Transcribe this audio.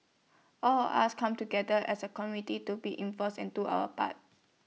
all of us come together as A community to be involves and do our part